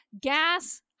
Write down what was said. gas